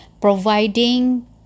providing